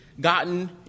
gotten